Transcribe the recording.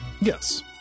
Yes